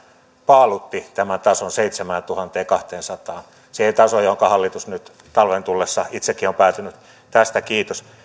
paalutti tämän tason seitsemääntuhanteenkahteensataan siihen tasoon johonka hallitus nyt talven tullessa itsekin on päätynyt tästä kiitos